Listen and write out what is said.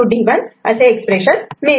D1 असे expression मिळते